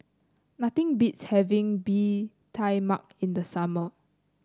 nothing beats having Bee Tai Mak in the summer